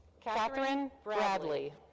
katherine bradley.